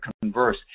converse